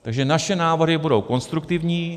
Takže naše návrhy budou konstruktivní.